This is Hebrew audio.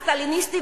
הסטליניסטי,